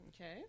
okay